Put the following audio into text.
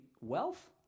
wealth